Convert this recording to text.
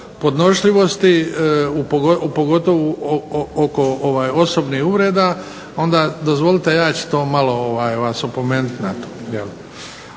podnošljivosti pogotovo oko osobnih uvreda onda dozvolite ja ću to malo ovaj vas opomenuti na to,